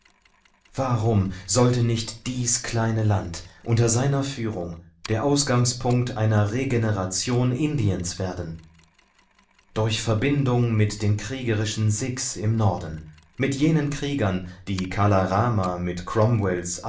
warum sollte nicht dies kleine land unter seiner führung der ausgangspunkt einer regeneration indiens werden durch verbindung mit den kriegerischen sikhs im norden mit jenen kriegern die kala rama mit